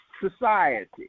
society